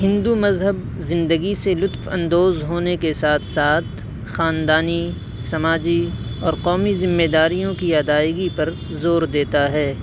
ہندو مذہب زندگی سے لطف اندوز ہونے کے ساتھ ساتھ خاندانی سماجی اور قومی ذمہ داریوں کی ادائیگی پر زور دیتا ہے